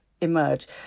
emerge